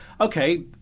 okay